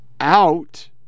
out